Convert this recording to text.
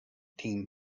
team